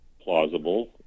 plausible